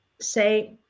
Say